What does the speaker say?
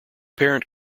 parent